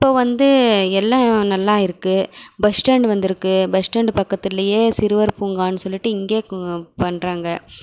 இப்போ வந்து எல்லாம் நல்லா இருக்குது பஸ் ஸ்டாண்ட் வந்துருக்குது பஸ் ஸ்டாண்டு பக்கத்துலேயே சிறுவர் பூங்கானு சொல்லிவிட்டு இங்கே பண்றாங்க